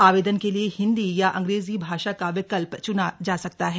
आवेदन के लिए हिंदी या अंग्रेजी भाषा का विकल्प च्ना जा सकता है